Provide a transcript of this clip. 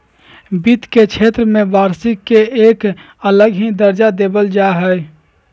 वित्त के क्षेत्र में वार्षिक के एक अलग ही दर्जा देवल जा हई